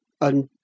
And